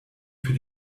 für